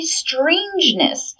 strangeness